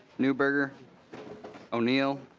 newberger o'neill